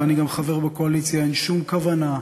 ואני גם חבר בקואליציה אין שום כוונה,